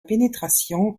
pénétration